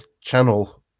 channel